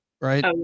right